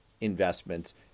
investments